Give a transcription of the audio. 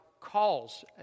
calls